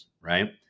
right